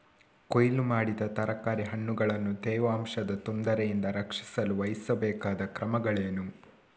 ಕೊಯ್ಲು ಮಾಡಿದ ತರಕಾರಿ ಹಣ್ಣುಗಳನ್ನು ತೇವಾಂಶದ ತೊಂದರೆಯಿಂದ ರಕ್ಷಿಸಲು ವಹಿಸಬೇಕಾದ ಕ್ರಮಗಳೇನು?